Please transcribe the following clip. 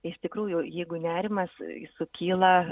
iš tikrųjų jeigu nerimas sukyla